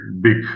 big